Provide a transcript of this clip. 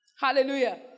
Hallelujah